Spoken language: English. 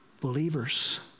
believers